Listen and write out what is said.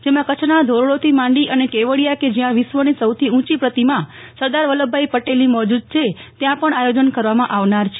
જેમાં કચ્છના ધોરડોથી માંડી અને કેવડીયા કે જયા વિશ્વની સૌથી ઉંચી પ્રતિમા સરદાર વલ્લભભાઈ પટેલની મૌજુદ છે ત્યા પણ આયોજન કરવામા આવનાર છે